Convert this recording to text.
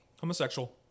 Homosexual